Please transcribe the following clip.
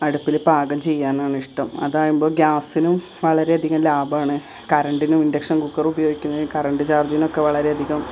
അടുപ്പിൽ പാകം ചെയ്യാനാണ് ഇഷ്ടം അതാകുമ്പോൾ ഗ്യാസിനും വളരെയധികം ലാഭമാണ് കറന്റിനും ഇൻ്റക്ഷൻ കുക്കർ ഉപയോഗിക്കുന്നത് കറണ്ട് ചാർജിനൊക്കെ വളരെയധികം